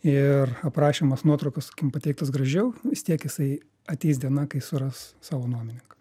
ir aprašymas nuotraukos sakykim pateiktos gražiau vis tiek jisai ateis diena kai suras savo nuomininką